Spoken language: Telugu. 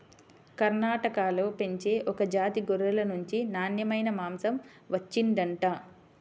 కర్ణాటకలో పెంచే ఒక జాతి గొర్రెల నుంచి నాన్నెమైన మాంసం వచ్చిండంట